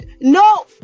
No